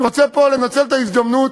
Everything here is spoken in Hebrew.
אני רוצה לנצל את ההזדמנות